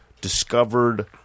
discovered